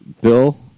Bill